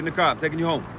like um taking you home.